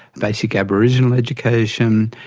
basic aboriginal education,